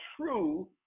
true